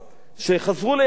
שחזרו ליהדות.